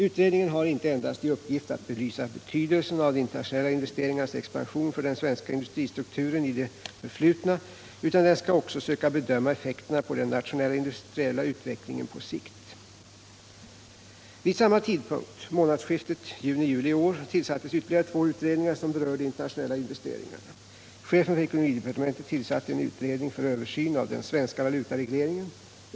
Utredningen har inte endast i uppgift att belysa betydelsen av de internationella investeringarnas expansion för den svenska industristrukturen i det förflutna utan den skall också söka bedöma effekterna på den nationella industriella utvecklingen på sikt. Vid samma tidpunkt, månadsskiftet juni-juli i år, tillsattes ytterligare två utredningar som berör de internationella investeringarna. Chefen för ekonomidepartementet tillsatte en utredning för översyn av den svenska valutaregleringen.